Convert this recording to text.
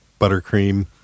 buttercream